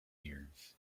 years